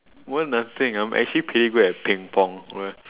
what nothing I'm actually pretty good at ping-pong alright